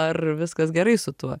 ar viskas gerai su tuo